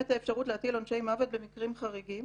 האפשרות להטיל עונשי מוות במקרים חריגים